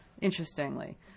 interestingly